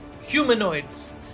Humanoids